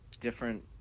different